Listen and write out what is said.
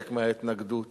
שחלק מההתנגדות